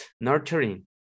nurturing